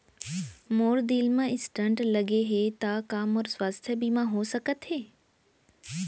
मोर दिल मा स्टन्ट लगे हे ता का मोर स्वास्थ बीमा हो सकत हे?